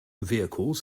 vehicles